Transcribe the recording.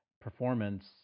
performance